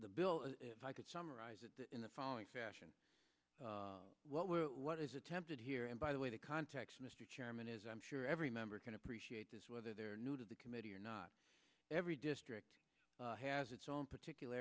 the bill if i could summarize it in the following fashion what were what is attempted here and by the way the context mr chairman is i'm sure every member can appreciate this whether they're new to the committee or not every district has its own particular